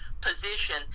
position